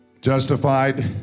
Justified